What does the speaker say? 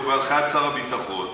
בהנחיית שר הביטחון,